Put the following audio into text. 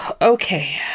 Okay